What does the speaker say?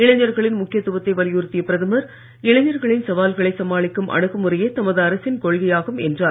இளைஞர்களின் வலியுறுத்திய பிரதமர் இளைஞர்களின் சவால்களை சமாளிக்கும் அனுகுமுறையே தமது அரசின் கொள்கையாகும் என்றார்